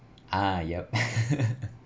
ah yup